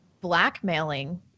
blackmailing